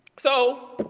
so,